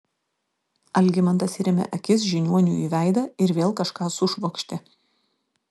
algimantas įrėmė akis žiniuoniui į veidą ir vėl kažką sušvokštė